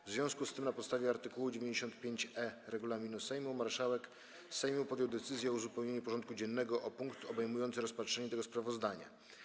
W związku z tym, na podstawie art. 95e regulaminu Sejmu, marszałek Sejmu podjął decyzję o uzupełnieniu porządku dziennego o punkt obejmujący rozpatrzenie tego sprawozdania.